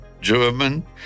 German